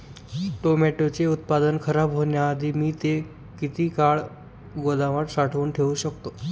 टोमॅटोचे उत्पादन खराब होण्याआधी मी ते किती काळ गोदामात साठवून ठेऊ शकतो?